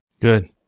Good